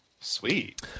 sweet